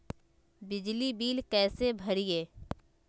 बिजली बिल कैसे भरिए?